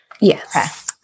Yes